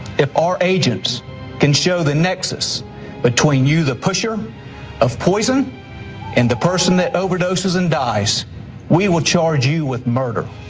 if our agents can show the nexus between you the pusher of poison and the person that overdoses and dies we will charge you with murder.